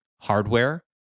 hardware